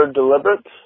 deliberate